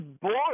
bored